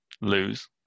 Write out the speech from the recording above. lose